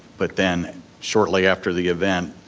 but then shortly after the event,